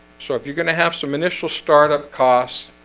so if you're going to have some initial startup cost